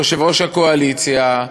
ויושב-ראש הקואליציה,